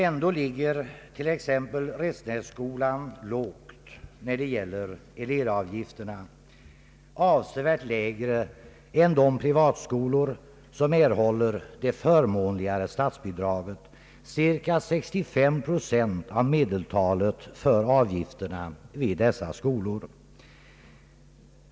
Ändå ligger t.ex. Restenässkolan lågt när det gäller elevavgifterna, avsevärt lägre än de privatskolor som erhåller det förmånligare statsbidraget, nämligen vid cirka 65 procent av medeltalet för avgifterna vid dessa skolor.